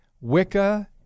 Wicca